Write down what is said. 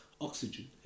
oxygen